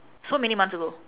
so many months ago